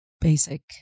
basic